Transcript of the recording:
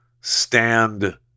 stand